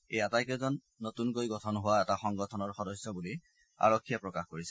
এই আটাইকেইজন নতনকৈ গঠন হোৱা এটা সংগঠনৰ সদস্য বুলি আৰক্ষীয়ে প্ৰকাশ কৰিছে